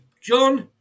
John